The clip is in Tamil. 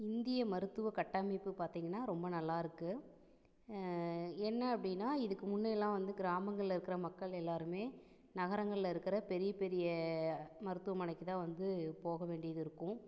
இந்திய மருத்துவ கட்டமைப்பு பார்த்திங்கனா ரொம்ப நல்லா இருக்கு என்ன அப்படின்னா இதுக்கு முன்னே எல்லாம் வந்து கிராமங்களில் இருக்கிற மக்கள் எல்லாருமே நகரங்களில் இருக்கிற பெரிய பெரிய மருத்துவமனைக்கு தான் வந்து போக வேண்டியது இருக்கும்